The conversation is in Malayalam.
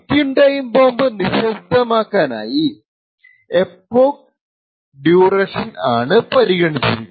ടിക്കിങ് ടൈം ബോംബ് നിശബ്ദമാക്കാനായി എപോക്ക് ഡ്യൂറേഷൻ ആണ് പരിഗണിച്ചിരുന്നത്